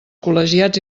col·legiats